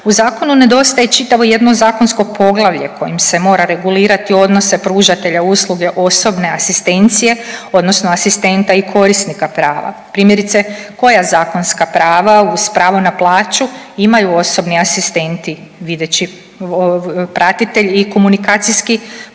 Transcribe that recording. U zakonu nedostaje čitavo jedno zakonsko poglavlje kojim se mora regulirati odnose pružatelja usluge osobne asistencije odnosno asistenta i korisnika prava. Primjerice koja zakonska prava uz pravo na plaću imaju osobni asistenti, videći pratitelj i komunikacijski posrednik.